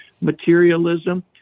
materialism